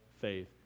faith